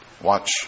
Watch